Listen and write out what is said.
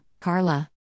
Carla